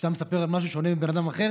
כשאתה מספר על משהו שונה מבן אדם אחר